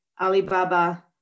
Alibaba